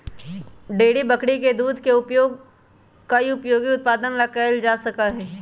dairy बकरी के दूध के उपयोग कई उपयोगी उत्पादन ला कइल जा सका हई